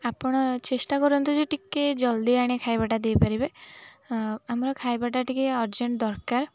ଆପଣ ଚେଷ୍ଟା କରନ୍ତୁ ଯେ ଟିକେ ଜଲ୍ଦି ଆପଣ ଖାଇବାଟା ଦେଇପାରିବେ ଆମର ଖାଇବାଟା ଟିକେ ଅରଜେଣ୍ଟ ଦରକାର